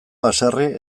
haserre